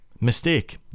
Mistake